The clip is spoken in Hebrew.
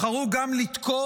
בחרו גם לתקוף